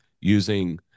using